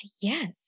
yes